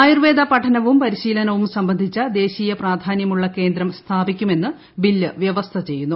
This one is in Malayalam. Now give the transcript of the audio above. ആയുർവേദ പഠനവും പരിശീലനവും സംബന്ധിച്ച ദേശീയ പ്രാധാനൃമുള്ള കേന്ദ്രം സ്ഥാപിക്കുമെന്ന് ബില്ല് വൃവസ്ഥ ചെയ്യുന്നു